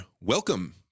welcome